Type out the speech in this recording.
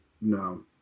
No